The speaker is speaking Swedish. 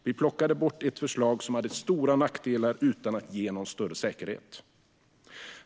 Vi plockade bort ett förslag som hade stora nackdelar men inte gav någon större säkerhet.